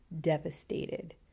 devastated